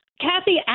Kathy